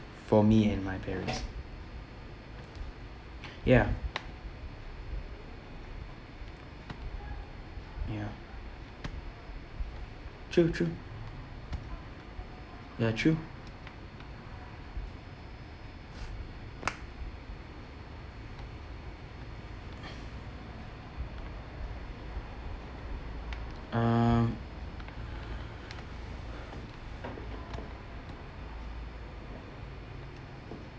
for me and my parents ya ya true true ya true um